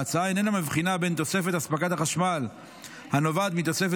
ההצעה איננה מבחינה בין תוספת אספקת החשמל הנובעת מתוספת